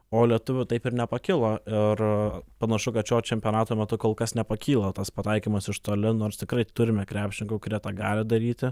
o lietuvių taip ir nepakilo ir panašu kad šio čempionato metu kol kas nepakyla tas pataikymas iš toli nors tikrai turime krepšininkų kurie tą gali daryti